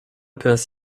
peut